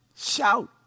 Shout